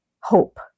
hope